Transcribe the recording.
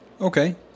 Okay